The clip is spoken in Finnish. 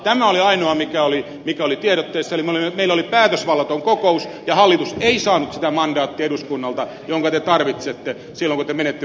tämä oli ainoa mikä oli tiedotteessa eli meillä oli päätösvallaton kokous ja hallitus ei saanut sitä mandaattia eduskunnalta jonka te tarvitsette silloin kun te menette brysseliin